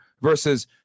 versus